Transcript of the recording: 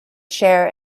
chair